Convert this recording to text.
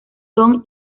son